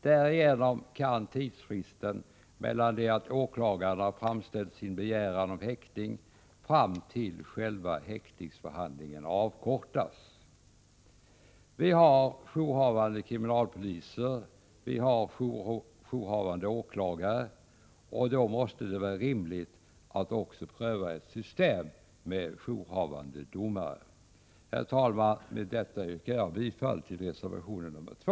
Därigenom kan tidsfristen mellan det att åklagaren har framställt sin begäran om häktning fram till själva häktningsförhandlingen avkortas. Vi har jourhavande kriminalpoliser och jourhavande åklagare, och då måste det vara rimligt att också pröva ett system med jourhavande domare. Herr talman! Med detta yrkar jag bifall till reservation 2.